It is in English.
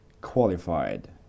qualified